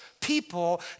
people